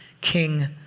king